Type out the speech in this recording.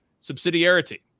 subsidiarity